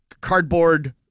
cardboard